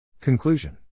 Conclusion